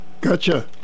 Gotcha